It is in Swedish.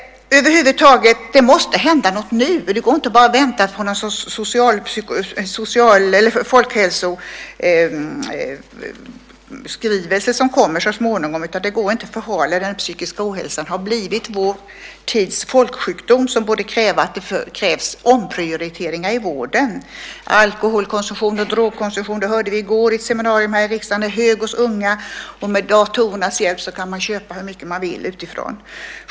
Över huvud taget måste det hända något nu. Det går inte att bara vänta på någon sorts folkhälsoskrivelse som kommer så småningom. Det går inte att förhala detta. Den psykiska ohälsan har blivit vår tids folksjukdom som borde innebära att det krävs omprioriteringar i vården. Alkoholkonsumtion och drogkonsumtion, hörde vi i går i ett seminarium här i riksdagen, är hög hos unga. Med datorernas hjälp kan man köpa hur mycket man vill utifrån.